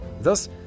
Thus